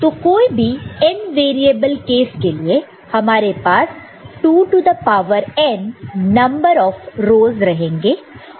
तो कोई भी n वेरिएबल केस के लिए हमारे पास 2 to the power n number of rows रहेंगे